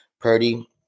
Purdy